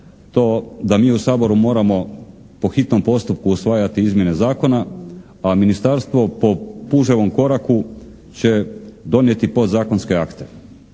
to da mi u Saboru moramo po hitnom postupku usvajati izmjene zakona, a Ministarstvo po puževom koraku će donijeti podazkonske akte.